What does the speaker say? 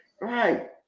Right